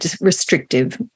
restrictive